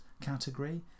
category